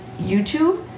YouTube